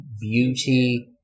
beauty